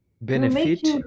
benefit